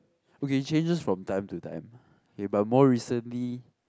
okay it changes from time to time okay but more recently